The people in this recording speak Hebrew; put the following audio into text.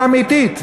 האמיתית,